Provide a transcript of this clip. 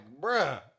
bruh